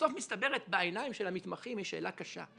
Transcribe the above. בסוף מסתבר שבעיניים של המתמחים היא שאלה קשה.